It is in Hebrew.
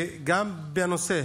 וגם בנושא